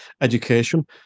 education